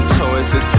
choices